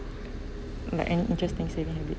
like an interesting saving habit